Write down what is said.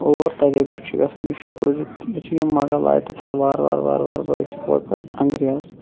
اور تَتی پیٚٹھ چھُ گَژھان یہِ شُروع زِ یُتھے یِم موٚغَل آے تہٕ پَتہ وار وار وار وار وٲتۍ یور پَتہٕ انٛگریز